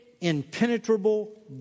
impenetrable